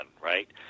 right